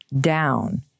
down